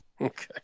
Okay